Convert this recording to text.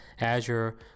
Azure